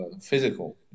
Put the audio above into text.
physical